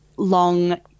long